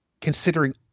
considering